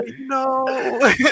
no